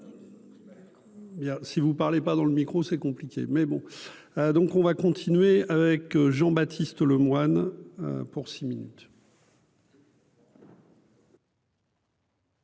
si vous parlez pas dans le micro, c'est compliqué, mais bon, donc on va continuer avec Jean-Baptiste Lemoyne pour six minutes.